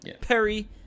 perry